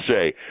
say